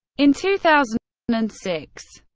in two thousand and six,